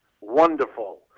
wonderful